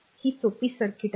ही सोपी सर्किट आहे